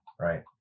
right